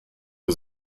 wir